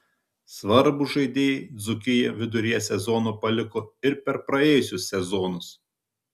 svarbūs žaidėjai dzūkiją viduryje sezono paliko ir per praėjusius sezonus